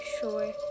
sure